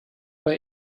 bei